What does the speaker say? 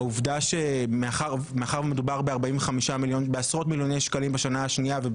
והעובדה שמאחר ומדובר בעשרות מיליוני שקלים בשנה השנייה,